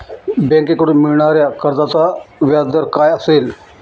बँकेकडून मिळणाऱ्या कर्जाचा व्याजदर काय असेल?